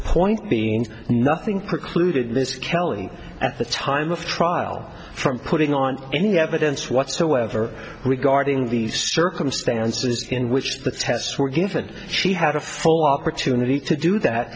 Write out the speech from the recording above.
point being nothing precluded this kellen at the time of trial from putting on any evidence whatsoever regarding the stir from stances in which the tests were given she had a full opportunity to do that